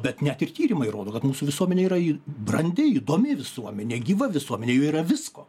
bet net ir tyrimai rodo kad mūsų visuomenė yra ir brandi įdomi visuomenė gyva visuomenė yra visko